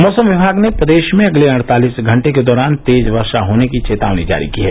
मौसम विभाग ने प्रदेश में अगले अड़तालिस घंटे के दौरान तेज वर्षा होने की चेतावनी जारी की है